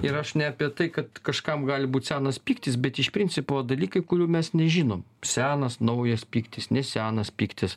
ir aš ne apie tai kad kažkam gali būt senas pyktis bet iš principo dalykai kurių mes nežinom senas naujas pyktis nesenas pyktis